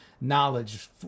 knowledge